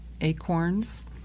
acorns